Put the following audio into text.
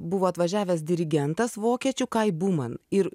buvo atvažiavęs dirigentas vokiečių kai buman ir